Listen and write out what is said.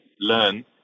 learn